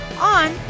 on